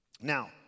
Now